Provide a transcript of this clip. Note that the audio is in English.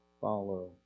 follow